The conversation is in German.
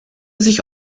sich